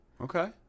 Okay